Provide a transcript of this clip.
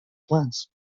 plants